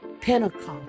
Pentecost